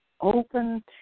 open